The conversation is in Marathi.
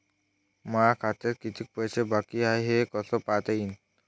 माया खात्यात कितीक पैसे बाकी हाय हे कस पायता येईन?